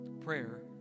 Prayer